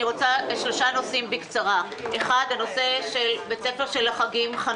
אני רוצה לדבר על שלושה נושאים בקצרה: הראשון הוא בית ספר של חנוכה,